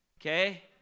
Okay